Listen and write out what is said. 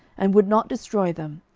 and would not destroy them,